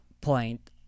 point